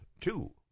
Two